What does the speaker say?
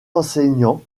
enseignant